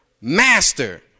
master